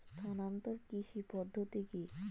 স্থানান্তর কৃষি পদ্ধতি কি?